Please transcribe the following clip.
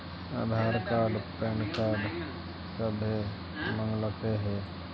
आधार card PAN card सभे मगलके हे?